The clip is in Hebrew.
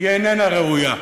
איננה ראויה.